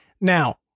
Now